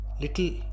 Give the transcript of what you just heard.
little